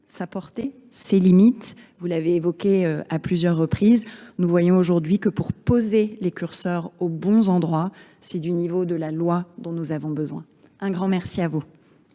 sa portée. ces limites. Vous l'avez évoqué à plusieurs reprises. Nous voyons aujourd'hui que pour poser les curseurs aux bons endroits, c'est du niveau de la loi dont nous avons besoin. Un grand merci à vous.